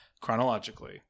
chronologically